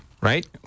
right